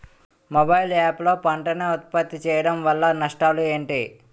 Mobile app లో పంట నే ఉప్పత్తి చేయడం వల్ల నష్టాలు ఏంటి?